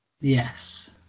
Yes